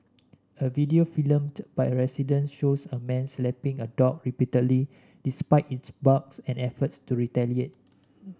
a video filmed by a resident shows a man slapping a dog repeatedly despite its barks and efforts to retaliate